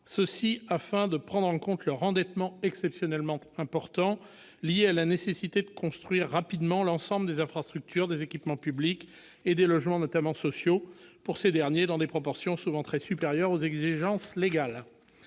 afin de prendre en compte leur endettement exceptionnellement important, lié à la nécessité de construire rapidement l'ensemble des infrastructures, des équipements publics et des logements, notamment sociaux, dans des proportions souvent très supérieures, pour ces derniers,